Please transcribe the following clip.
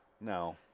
No